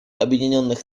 объединенных